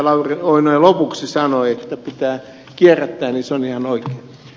lauri oinonen lopuksi sanoi että pitää kierrättää on ihan oikein